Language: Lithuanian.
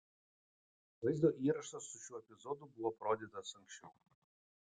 vaizdo įrašas su šiuo epizodu buvo parodytas anksčiau